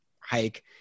hike